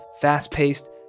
fast-paced